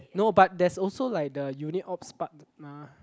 no but there's also like the unit ops part mah